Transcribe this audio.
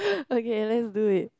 okay let's do it